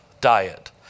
diet